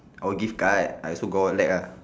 oh gift card I also got relax ah